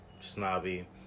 snobby